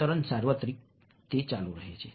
અવતરણ સાર્વત્રિક તે ચાલુ રહે છે